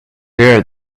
rare